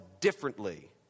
differently